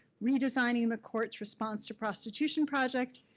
redesigning the court's response to prostitution project,